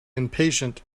impatient